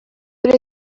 but